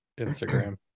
Instagram